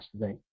today